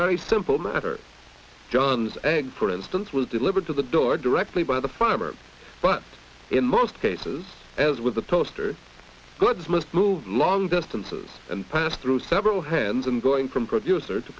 very simple matter john's egg for instance was delivered to the door directly by the farmer but in most cases as with the toaster goods must move long distances and pass through several hands and going from producer to